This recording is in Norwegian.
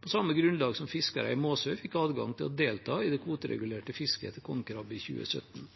på samme grunnlag som fiskere i Måsøy fikk adgang til å delta i det kvoteregulerte fisket etter kongekrabbe i 2017.